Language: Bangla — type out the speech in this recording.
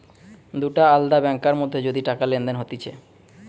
দুটা আলদা ব্যাংকার মধ্যে যদি টাকা লেনদেন হতিছে